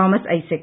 Thomas Isaac